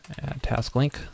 addTaskLink